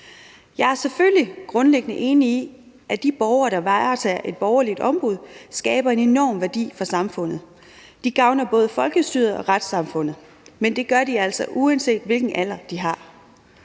Jeg er selvfølgelig grundlæggende enig i, at de borgere, der varetager et borgerligt ombud, skaber en enorm værdi for samfundet, og de gavner både folkestyret og retssamfundet, men det gør de altså, uanset hvilken alder de har.